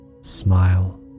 Smile